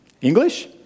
English